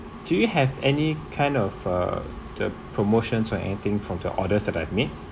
do you have any kind of uh the promotions or anything from the orders that I've made